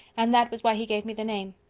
and that was why he gave me the name.